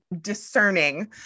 discerning